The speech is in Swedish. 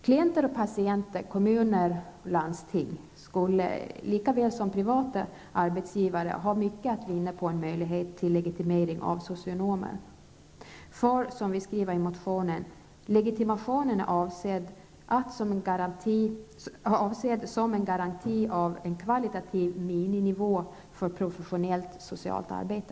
Klienter och patienter, kommuner och landsting skulle lika väl som privata arbetsgivare ha mycket att vinna på att socionomer fick legitimation. Vi skriver nämligen i motionen: Legitimationen är avsedd som en garanti av en kvalitativ miniminivå för professionellt socialt arbete.